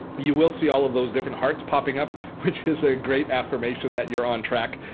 you will see all of those different hearts popping up, which is a great affirmation that you are on track.